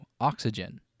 oxygen